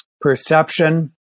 perception